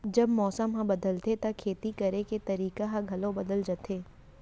जब मौसम ह बदलथे त खेती करे के तरीका ह घलो बदल जथे?